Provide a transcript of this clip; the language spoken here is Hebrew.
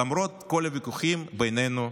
למרות כל הוויכוחים בינינו,